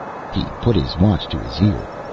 he put his watch to his ear.